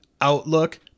Outlook